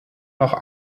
noch